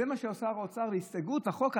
זה מה שיש לשר האוצר בהסתייגות לחוק?